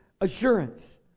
assurance